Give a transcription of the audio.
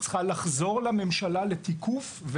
לחזור לממשלה לתיקוף,